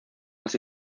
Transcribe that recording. las